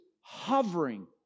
hovering